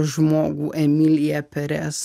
žmogų emilija perez